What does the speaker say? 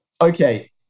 okay